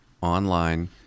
online